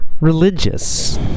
Religious